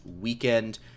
weekend